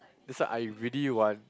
that's why I really want